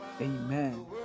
Amen